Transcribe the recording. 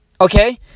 Okay